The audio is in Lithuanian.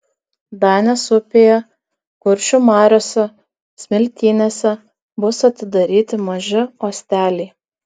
danės upėje kuršių mariose smiltynėse bus atidaryti maži uosteliai